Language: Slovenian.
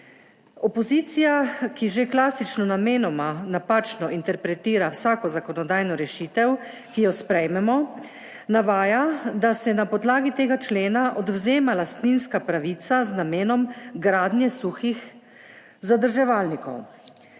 Opozicija, ki že klasično namenoma napačno interpretira vsako zakonodajno rešitev, ki jo sprejmemo, navaja, da se na podlagi tega člena odvzema lastninska pravica z namenom gradnje suhih zadrževalnikov.